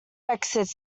exits